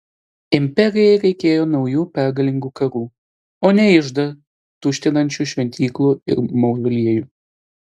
imperijai reikėjo naujų pergalingų karų o ne iždą tuštinančių šventyklų ir mauzoliejų